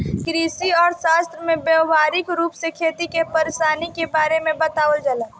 कृषि अर्थशास्त्र में व्यावहारिक रूप से खेती के परेशानी के बारे में बतावल जाला